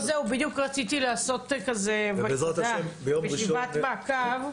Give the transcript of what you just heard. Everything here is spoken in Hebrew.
בדיוק רציתי לעשות ישיבת מעקב.